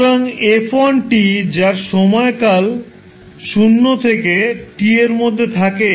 সুতরাং 𝑓1𝑡 যার সময়কাল 0 থেকে t এর মধ্যে থাকে